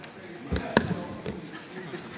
יפה, איציק.